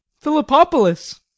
Philippopolis